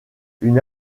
une